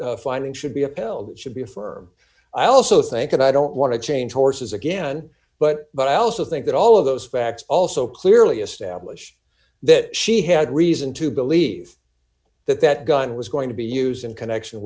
court's findings should be upheld should be affirm i also think and i don't want to change horses again but but i also think that all of those facts also clearly establish that she had reason to believe that that gun was going to be used in connection